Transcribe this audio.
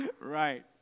right